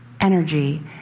energy